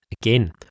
Again